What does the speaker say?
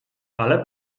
ale